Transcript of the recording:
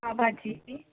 आं भाजी